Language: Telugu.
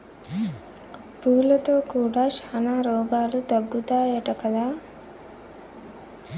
పూలతో కూడా శానా రోగాలు తగ్గుతాయట కదా